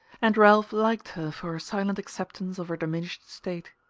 and ralph liked her for her silent acceptance of her diminished state.